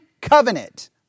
covenant